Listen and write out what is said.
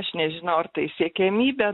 aš nežinau ar tai siekiamybė